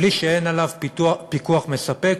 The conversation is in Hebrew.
בלי שיש עליו פיקוח מספק,